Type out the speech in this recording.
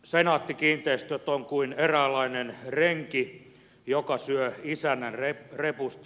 senaatti kiinteistöt on kuin eräänlainen renki joka syö isännän repusta